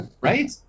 Right